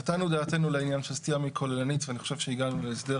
נתנו את דעתנו על העניין של סטייה מכוללנית ואני חושב שהגענו להסדר